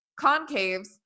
concaves